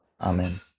Amen